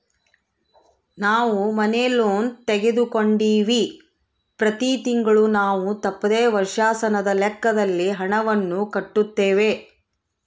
ನಾವು ಮನೆ ಲೋನ್ ತೆಗೆದುಕೊಂಡಿವ್ವಿ, ಪ್ರತಿ ತಿಂಗಳು ನಾವು ತಪ್ಪದೆ ವರ್ಷಾಶನದ ಲೆಕ್ಕದಲ್ಲಿ ಹಣವನ್ನು ಕಟ್ಟುತ್ತೇವೆ